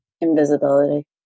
Invisibility